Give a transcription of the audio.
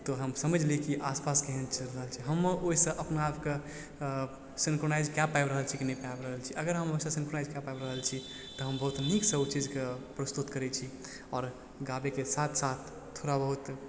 तऽ हम समझि ली कि आसपास केहन चलि रहल छै हम ओइसँ अपना आपके सिंक्रोनाइज कए पाबि रहल छी कि नहि पाबि रहल छी अगर हम ओइसँ सिंक्रोनाइज कए पाबि रहल छी तऽ हम बहुत नीकसँ ओ चीजके प्रस्तुत करय छी आओर गाबयके साथ साथ थोड़ा बहुत